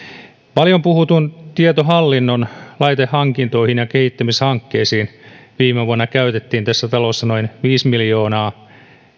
paljon puhutun tietohallinnon laitehankintoihin ja kehittämishankkeisiin viime vuonna käytettiin tässä talossa noin viisi miljoonaa